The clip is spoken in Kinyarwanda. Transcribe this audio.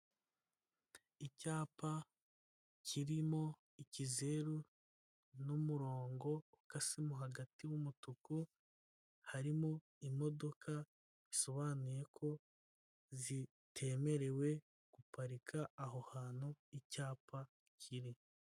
Icyapa kirimo ikizeru n'umurongo ukasemu hagati w'umutuku harimo imodoka bisobanuye ko zitemerewe guparika aho hantu icyapa kiri.